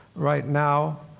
right now.